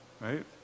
Right